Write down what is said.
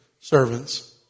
servants